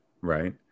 right